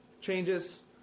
changes